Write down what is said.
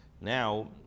Now